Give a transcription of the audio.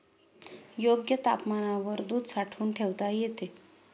योग्य तापमानावर दूध साठवून ठेवता येते